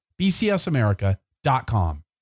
bcsamerica.com